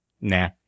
nah